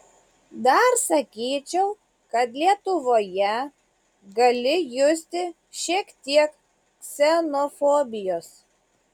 dar sakyčiau kad lietuvoje gali justi šiek tiek ksenofobijos